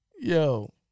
Yo